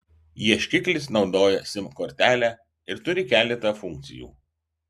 ieškiklis naudoja sim kortelę ir turi keletą funkcijų